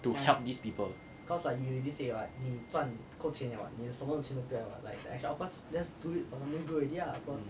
to help these people